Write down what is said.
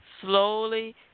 slowly